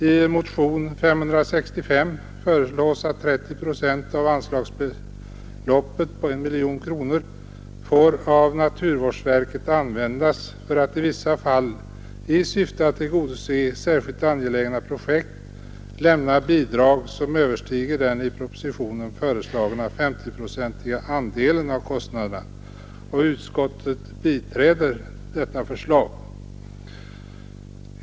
I motion 565 föreslås att 30 procent av anslagsbeloppet 1 miljon kronor får av naturvårdsverket användas för att i vissa fall, i syfte att tillgodose särskilt angelägna projekt, lämna bidrag som överstiger den i propositionen föreslagna 50-procentiga andelen av kostnaderna. Utskottet biträder detta förslag.